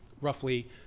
roughly